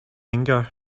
anger